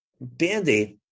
band-aid